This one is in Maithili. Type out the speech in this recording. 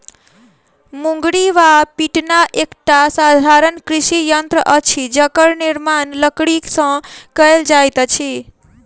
मुंगरी वा पिटना एकटा साधारण कृषि यंत्र अछि जकर निर्माण लकड़ीसँ कयल जाइत अछि